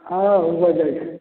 आंय रिजर्व करू